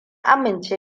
amince